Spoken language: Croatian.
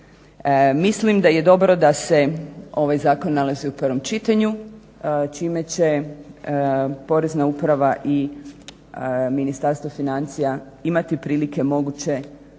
Mislim da je dobro da se ovaj zakon nalazi u prvom čitanju čime će porezna uprava i Ministarstvo financija imati prilike moguće